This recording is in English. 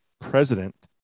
president